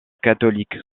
catholique